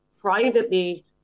privately